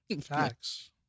Facts